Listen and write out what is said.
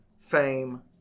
fame